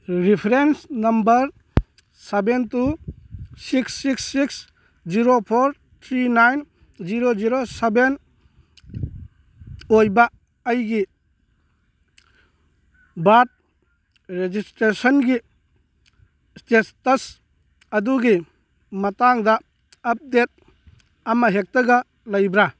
reference number seven two six six six zero four three nine zero zero seven ꯑꯣꯏꯕ ꯑꯩꯒꯤ ꯕꯥꯗ ꯔꯦꯖꯤꯁꯇ꯭ꯔꯦꯁꯟꯒꯤ status ꯑꯗꯨꯒꯤ ꯃꯇꯥꯡꯗ ꯑꯞꯗꯦꯗ ꯑꯃ ꯍꯦꯛꯇꯒ ꯂꯩꯕ꯭ꯔꯥ